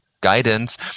guidance